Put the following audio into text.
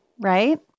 right